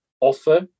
offer